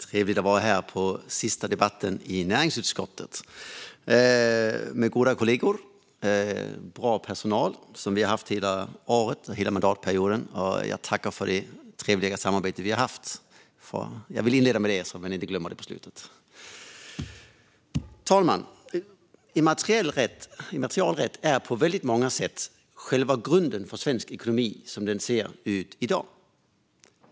Fru talman! Det är trevligt att vara här på den sista debatten i näringsutskottet tillsammans med goda kollegor och bra personal som vi har haft hela året och mandatperioden. Jag vill inleda med att tacka för det trevliga samarbetet så att jag inte glömmer det på slutet. Fru talman! Immaterialrätt är på väldigt många sätt själva grunden för svensk ekonomi som den ser ut i dag.